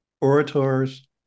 orators